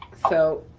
so